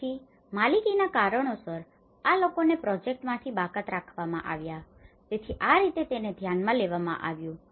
તેથી માલિકીના કારણોસર આ લોકોને પ્રોજેક્ટમાંથી બાકાત રાખવામાં આવ્યા છે તેથી આ રીતે તેને ધ્યાનમાં લેવામાં આવ્યું છે